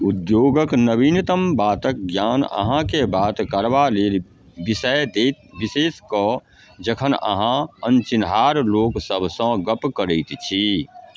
उद्योगक नवीनतम बातक ज्ञान अहाँके बात करबा लेल विषय देत विशेष कऽ जखन अहाँ अनचिन्हार लोक सभसँ गप करैत छी